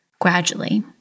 Gradually